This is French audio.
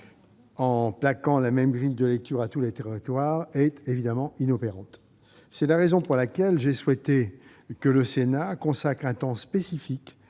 plaquer la même grille de lecture sur tous les territoires serait évidemment inopérant. C'est la raison pour laquelle j'ai souhaité que le Sénat consacre un temps spécifique